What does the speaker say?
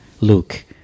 Luke